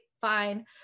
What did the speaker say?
fine